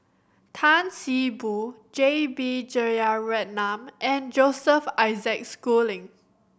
Tan See Boo J B Jeyaretnam and Joseph Isaac Schooling